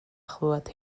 chlywed